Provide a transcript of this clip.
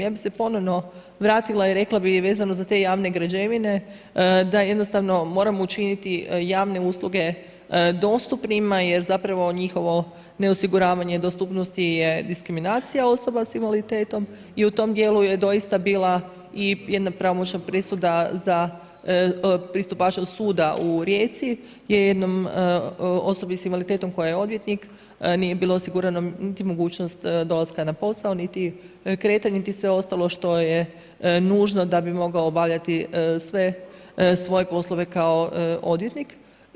Ja bi se ponovno vratila i rekla bi vezano za te javne građevine da jednostavno moramo učiniti javne usluge dostupnima jer zapravo njihovo ne osiguravanje dostupnosti je diskriminacija osoba sa invaliditetom i u tom djelu je doista bila i jedna pravomoćna presuda za pristupačnost suda u Rijeci gdje je jednoj osobi sa invaliditetom koja je odvjetnik, nije bilo osigurana niti mogućnost dolaska na posao niti kretanje niti sve ostalo što je nužno da bi mogao obavljati sve svoje poslove kao odvjetnik.